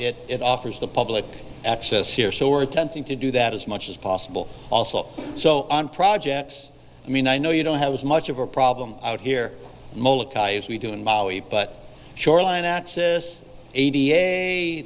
it offers the public access here so we're attempting to do that as much as possible also so on projects i mean i know you don't have as much of a problem out here as we do in maui but shoreline access